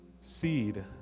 seed